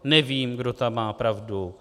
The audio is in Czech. Nevím, kdo tam má pravdu.